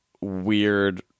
weird